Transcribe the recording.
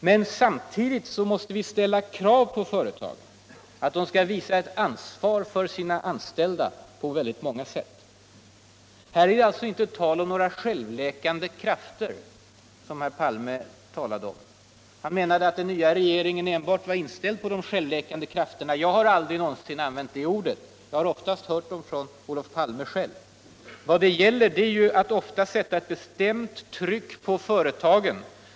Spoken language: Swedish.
Men samudigt måste vi ställa krav på företagen all de skall visa ansvar för sina anställda på många sätt. Här är det inte tal om några självläkande krafier, som herr Palme var inne på. Han menade att den nya regeringen enbart var inställd på de självläkande krafterna. Jag har aldrig någonsin använt de orden. Oftast har jag hört dem från Olof Palme själv. Vad det gäller är ju att ofta sätta ett bestiimt tryck på företagen.